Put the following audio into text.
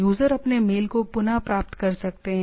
user अपने mail को पुनः प्राप्त कर सकते हैं